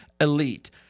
elite